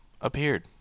appeared